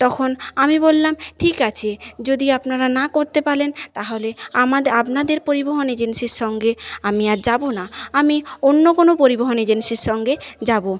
তখন আমি বললাম ঠিক আছে যদি আপনারা না করতে পারেন তাহলে আমাদের আপনাদের পরিবহন এজেন্সির সঙ্গে আমি আর যাব না আমি অন্য কোনো পরিবহন এজেন্সির সঙ্গে যাব